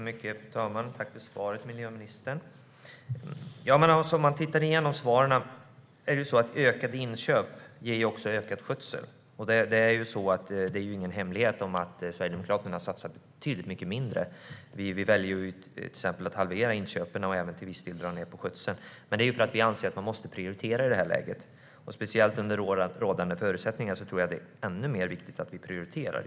Fru talman! Tack för svaret, miljöministern! Om man tittar igenom svaren ser man att ökade inköp också ger ökad skötsel. Det är ingen hemlighet att Sverigedemokraterna satsar betydligt mycket mindre. Vi väljer till exempel att halvera inköpen och även till viss del att dra ned på skötseln. Det beror på att vi anser att man måste prioritera i det här läget, speciellt under rådande förutsättningar. Då tror jag att det är ännu viktigare att vi prioriterar.